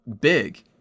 big